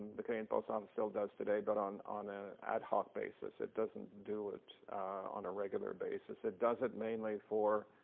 the canadian post office still does today but on an ah ad hoc basis. it doesn't do it on a regular basis. it does it mainly for